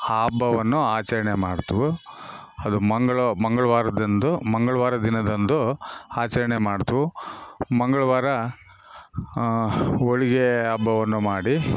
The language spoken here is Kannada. ಆ ಹಬ್ಬವನ್ನು ಆಚರಣೆ ಮಾಡ್ತುವು ಅದು ಮಂಗ್ಳ ಮಂಗ್ಳವಾರದಂದು ಮಂಗ್ಳವಾರ ದಿನದಂದು ಆಚರ್ಣೆ ಮಾಡ್ತುವು ಮಂಗ್ಳವಾರ ಹೋಳಿಗೆ ಹಬ್ಬವನ್ನು ಮಾಡಿ